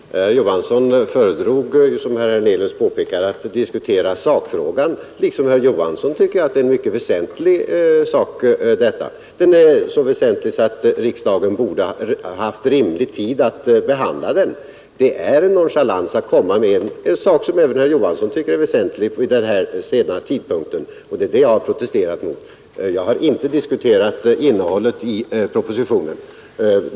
Herr talman! Herr Johansson i Trollhättan föredrog, som herr Hernelius påpekat, att diskutera sakfrågan. Liksom herr Johansson tycker jag att detta är en mycket väsentlig sak — så väsentlig att riksdagen borde ha haft rimlig tid att behandla den. Det är en nonchalans att komma med förslag i en fråga, som även herr Johansson tycker är väsentlig, vid den här sena tidpunkten, och det är det jag har protesterat mot. Jag har inte diskuterat innehållet i propositionen.